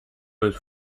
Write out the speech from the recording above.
was